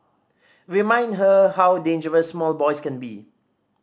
remind her how dangerous small boys can be